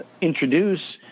introduce